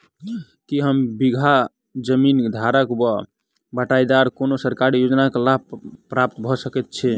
की एक बीघा जमीन धारक वा बटाईदार कोनों सरकारी योजनाक लाभ प्राप्त कऽ सकैत छैक?